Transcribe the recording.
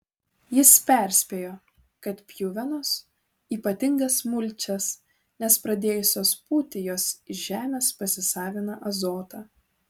jis perspėjo kad pjuvenos ypatingas mulčias nes pradėjusios pūti jos iš žemės pasisavina azotą